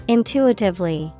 Intuitively